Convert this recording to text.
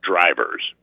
drivers